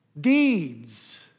deeds